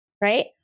Right